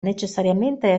necessariamente